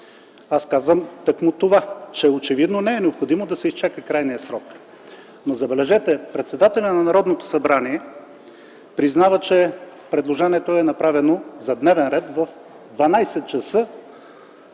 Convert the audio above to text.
Казвам тъкмо това - че очевидно не е необходимо да се изчака крайният срок. Но, забележете – председателят на Народното събрание признава, че предложението за дневен ред е направено